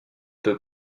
peu